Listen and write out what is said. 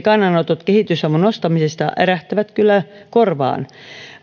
kannanotot kehitysavun nostamisesta ärähtävät kyllä korvaan